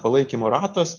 palaikymo ratas